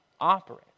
operate